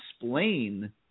explain